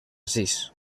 sis